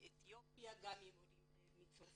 מאתיופיה וגם עם עולים מצרפת.